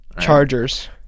Chargers